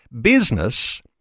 business